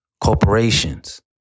corporations